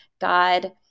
God